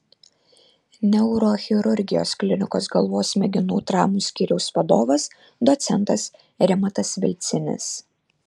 neurochirurgijos klinikos galvos smegenų traumų skyriaus vadovas docentas rimantas vilcinis